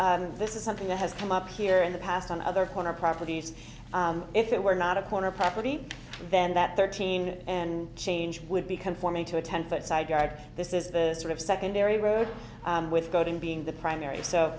that this is something that has come up here in the past on other corner properties if it were not a corner property then that thirteen and change would be conforming to a ten foot side yard this is the sort of secondary road with voting being the primary so